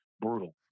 brutal